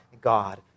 God